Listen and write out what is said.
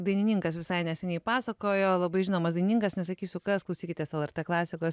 dainininkas visai neseniai pasakojo labai žinomas dainininkas nesakysiu kas klausykitės lrt klasikos